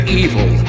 evil